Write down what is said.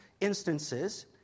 instances